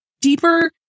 deeper